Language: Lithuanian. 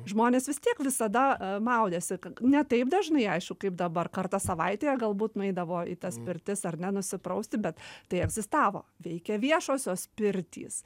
žmonės vis tiek visada maudėsi ne taip dažnai aišku kaip dabar kartą savaitėje galbūt nueidavo į tas pirtis ar ne nusiprausti bet tai egzistavo veikė viešosios pirtys